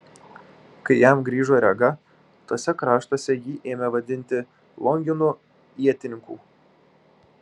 kai jam grįžo rega tuose kraštuose jį ėmė vadinti longinu ietininku